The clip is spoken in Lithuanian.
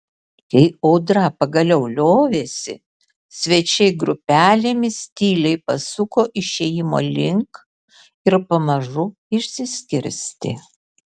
kai audra pagaliau liovėsi svečiai grupelėmis tyliai pasuko išėjimo link ir pamažu išsiskirstė